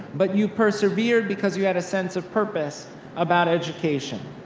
but you persevered because you had a sense of purpose about education.